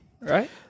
right